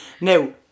Now